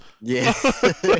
Yes